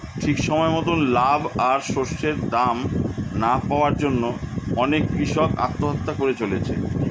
ঠিক সময় মতন লাভ আর শস্যের দাম না পাওয়ার জন্যে অনেক কূষক আত্মহত্যা করে চলেছে